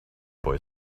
boy